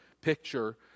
picture